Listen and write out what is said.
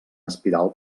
espiral